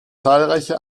zahlreiche